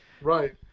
Right